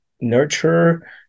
nurture